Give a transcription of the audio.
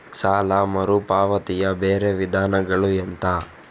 ಸಾಲ ಮರುಪಾವತಿಯ ಬೇರೆ ವಿಧಾನಗಳು ಎಂತ?